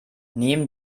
neben